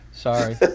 Sorry